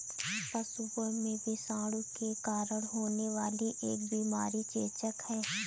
पशुओं में विषाणु के कारण होने वाली एक बीमारी चेचक है